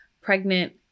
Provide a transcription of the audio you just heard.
pregnant